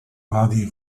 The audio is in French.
rendez